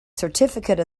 certificate